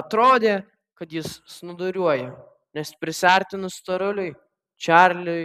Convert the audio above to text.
atrodė kad jis snūduriuoja nes prisiartinus storuliui čarliui